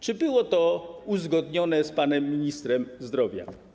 Czy to było uzgodnione z panem ministrem zdrowia?